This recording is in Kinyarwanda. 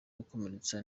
gukomeretsa